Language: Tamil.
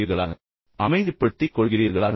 அல்லது உங்களை நீங்களே அமைதிப்படுத்திக் கொள்கிறீர்களா